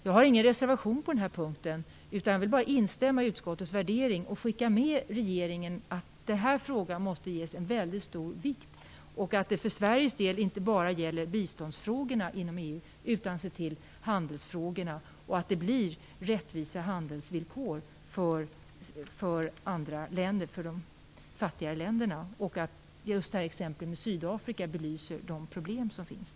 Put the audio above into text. Jag har ingen reservation på den här punkten utan vill bara instämma i utskottets värdering och skicka med regeringen att den här frågan måste ges väldigt stor vikt. För Sveriges del gäller det inte bara biståndsfrågorna inom EU utan också handelsfrågorna och att det blir rättvisa handelsvillkor för andra och fattigare länder. Just exemplet med Sydafrika belyser de problem som finns.